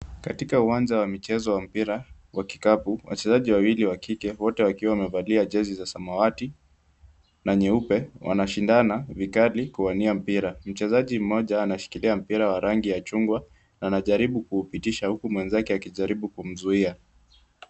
Katika uwanja wa michezo wa mpira wa kikapu, wachezaji wawili wa kike wote wakiwa wamevalia jezi za samawati na nyeupe, wanashindana vikali kuwania mpira. Mchezaji mmoja anashikilia mpira wa rangi ya chungwa na anajaribu kuupitisha mwenzake akijaribu kumzuia.